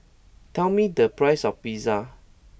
tell me the price of Pizza